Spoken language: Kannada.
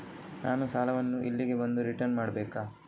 ನಾನು ಸಾಲವನ್ನು ಇಲ್ಲಿಗೆ ಬಂದು ರಿಟರ್ನ್ ಮಾಡ್ಬೇಕಾ?